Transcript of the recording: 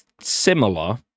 similar